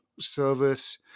Service